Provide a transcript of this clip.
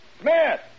Smith